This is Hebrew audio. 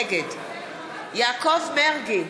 נגד יעקב מרגי,